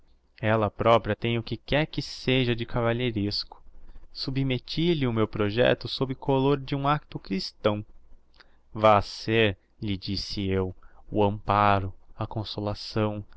ella propria tem o que quer que seja de cavalheiresco submetti lhe o meu projecto sob colôr de um acto christão vaes ser lhe disse eu o amparo a consolação